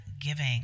giving